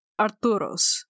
Arturos